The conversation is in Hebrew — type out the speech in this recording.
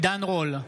עידן רול,